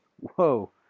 Whoa